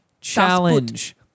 challenge